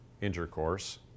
intercourse